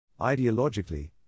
Ideologically